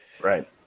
Right